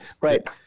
right